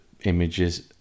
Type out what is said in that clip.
images